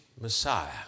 Messiah